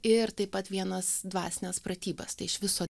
ir taip pat vienas dvasines pratybas tai iš viso